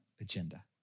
agenda